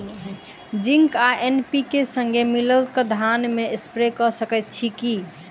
Zinc आ N P K, संगे मिलल कऽ धान मे स्प्रे कऽ सकैत छी की?